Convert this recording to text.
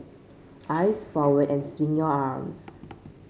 eyes forward and swing your arms